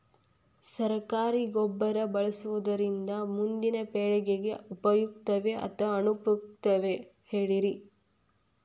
ಸರಕಾರಿ ಗೊಬ್ಬರ ಬಳಸುವುದರಿಂದ ಮುಂದಿನ ಪೇಳಿಗೆಗೆ ಉಪಯುಕ್ತವೇ ಅಥವಾ ಅನುಪಯುಕ್ತವೇ ಹೇಳಿರಿ